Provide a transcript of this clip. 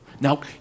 Now